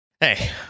Hey